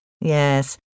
Yes